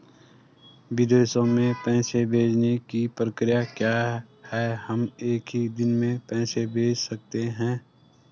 विदेशों में पैसे भेजने की प्रक्रिया क्या है हम एक ही दिन में पैसे भेज सकते हैं?